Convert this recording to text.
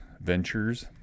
ventures